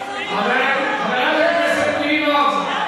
חברת הכנסת נינו אבסדזה.